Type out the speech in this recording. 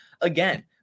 again